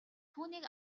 түүнийг